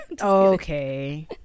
Okay